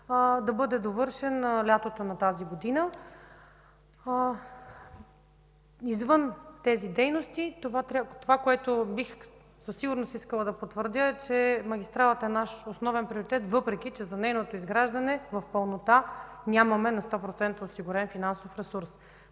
да бъде довършен лятото на тази година. Извън тези дейности това, което със сигурност бих искала да потвърдя, е, че магистралата е наш основен приоритет, въпреки че за нейното изграждане в пълнота нямаме на 100% осигурен финансов ресурс.